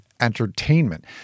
entertainment